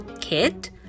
Kit